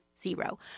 zero